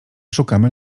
szukamy